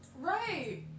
right